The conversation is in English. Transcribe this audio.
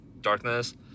darkness